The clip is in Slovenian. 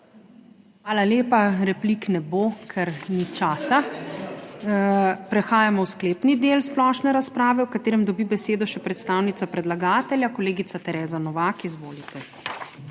Hvala lepa. Replik ne bo, ker ni časa. Prehajamo v sklepni del splošne razprave v katerem dobi besedo še predstavnica predlagatelja, kolegica Tereza Novak. Izvolite.